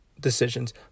decisions